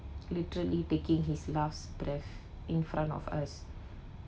literally taking his last breath in front of us